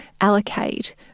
allocate